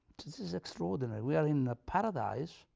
this is extraordinary. we are in paradise,